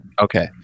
Okay